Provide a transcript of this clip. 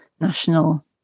national